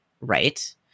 right